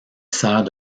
sert